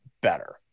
better